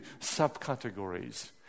subcategories